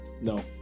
no